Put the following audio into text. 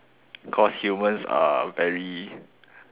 cause humans are very